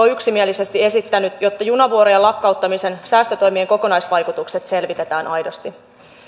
on yksimielisesti esittänyt että junavuorojen lakkauttamisen säästötoimien kokonaisvaikutukset selvitetään aidosti